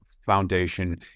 foundation